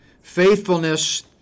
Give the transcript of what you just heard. faithfulness